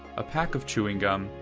a pack of chewing gum,